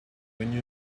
when